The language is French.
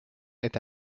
est